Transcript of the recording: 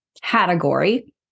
category